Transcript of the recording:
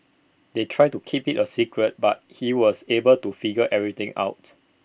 they tried to keep IT A secret but he was able to figure everything out